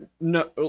No